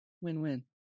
win-win